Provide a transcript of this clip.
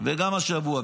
וגם השבוע,